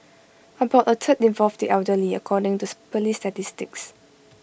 about A third involved the elderly according to Police statistics